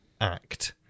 act